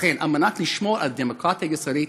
כדי לשמור על הדמוקרטיה הישראלית,